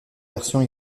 versions